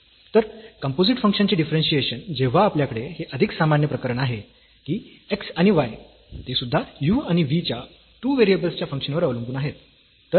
तर कम्पोझिट फंक्शन्सचे डिफरन्शियेशन जेव्हा आपल्याकडे हे अधिक सामान्य प्रकरण आहे की x आणि y ते सुद्धा u आणि v या 2 व्हेरिएबल्स च्या फंक्शन वर अवलंबून आहेत